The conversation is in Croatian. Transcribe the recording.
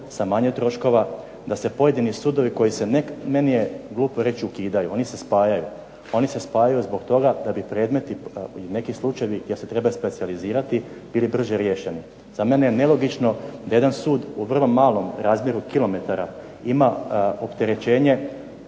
sa manje troškova, da se pojedini sudovi koji se, meni je glupo reći ukidaju, oni se spajaju. Oni se spajaju zbog toga da bi predmeti, neki slučajevi gdje se treba specijalizirati, bili brže riješeni. Za mene je nelogično da jedan sud u vrlo malom razmjeru kilometara ima opterećenje